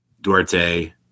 Duarte